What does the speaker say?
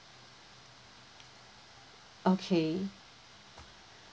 okay